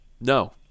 no